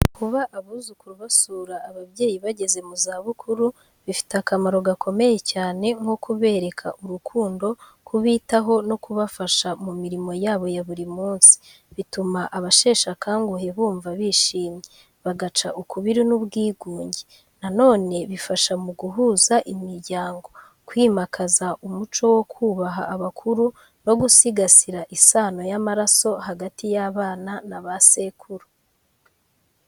Kuba abuzukuru basura ababyeyi bageze mu zabukuru, bifite akamaro gakomeye cyane nko kubereka urukundo, kubitaho no kubafasha mu mirimo yabo ya buri munsi. Bituma abasheshe akanguhe bumva bishimye, bagaca ukubiri n’ubwigunge. Na none bifasha mu guhuza imiryango, kwimakaza umuco wo kubaha abakuru no gusigasira isano y’amaraso hagati y’abana na ba sekuru.